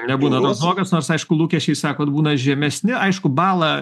nebūna toks blogas nors aišku lūkesčiai sakot būna žemesni aišku balą